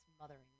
mothering